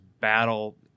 battle –